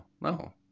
no